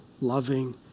loving